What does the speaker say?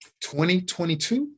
2022